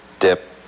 dip